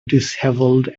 dishevelled